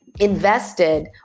invested